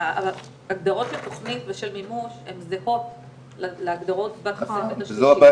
אז הם הפנו אותנו לדברי ההסבר ואמרו שהדיווח,